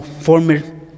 former